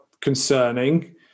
concerning